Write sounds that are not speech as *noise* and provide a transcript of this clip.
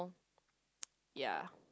*noise* ya